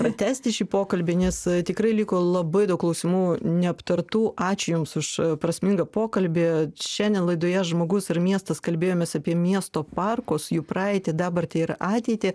pratęsti šį pokalbį nes tikrai liko labai daug klausimų neaptartų ačiū jums už prasmingą pokalbį šiandien laidoje žmogus ir miestas kalbėjomės apie miesto parkus jų praeitį dabartį ir ateitį